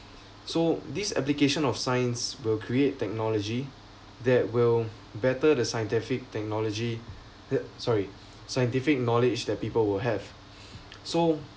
so this application of science will create technology that will better the scientific technology th~ sorry scientific knowledge that people will have so